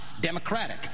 democratic